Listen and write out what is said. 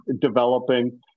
developing